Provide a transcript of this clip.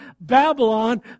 Babylon